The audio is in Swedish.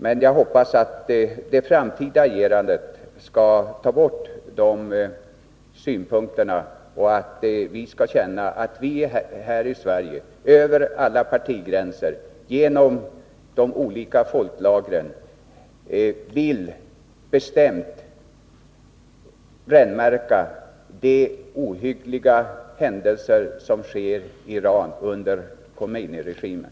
Men jag hoppas att det framtida agerandet skall ta bort det intrycket och att vi skall känna att vi här i Sverige över alla partigränser och ide olika folklagren bestämt vill brännmärka de ohyggliga händelser som sker i Iran under Khomeini-regimen.